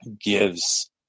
gives